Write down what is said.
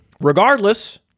Regardless